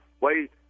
wait